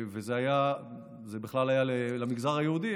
זה בכלל היה למגזר היהודי,